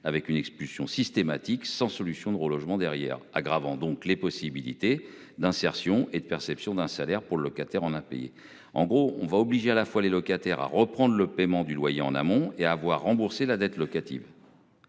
avec une expulsion systématique sans solution de relogement derrière aggravant donc les possibilités d'insertion et de perception d'un salaire pour locataires en impayés en gros on va obliger à la fois les locataires à reprendre le paiement du loyer en amont et avoir remboursé la dette locative.